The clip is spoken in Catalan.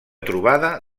trobada